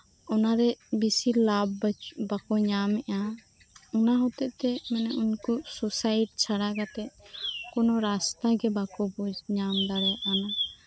ᱚᱱᱟᱨᱮ ᱵᱮᱥᱤ ᱞᱟᱵᱷ ᱵᱟᱠᱚ ᱧᱟᱢ ᱮᱜᱼᱟ ᱚᱱᱟ ᱦᱚᱛᱮᱜ ᱛᱮ ᱩᱱᱠᱩ ᱥᱳᱥᱟᱭᱤᱰ ᱪᱷᱟᱲᱟ ᱠᱟᱛᱮ ᱠᱳᱱᱳ ᱨᱟᱥᱛᱟ ᱜᱮ ᱵᱟᱠᱳ ᱵᱩᱡᱽ ᱧᱟᱢ ᱫᱟᱲᱮᱭᱟᱜᱼᱟ ᱠᱟᱱᱟ